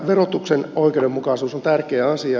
verotuksen oikeudenmukaisuus on tärkeä asia